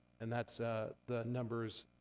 and that's the numbers,